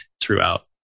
throughout